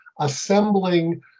assembling